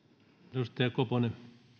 arvoisa herra